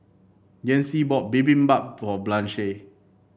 Yancy bought Bibimbap for Blanche